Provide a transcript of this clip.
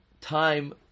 time